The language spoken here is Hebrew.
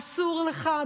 אסור לך,